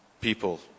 people